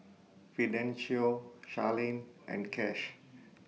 Fidencio Charline and Cash